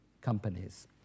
companies